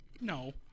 No